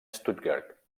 stuttgart